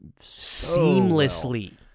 seamlessly